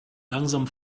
langsam